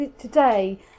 today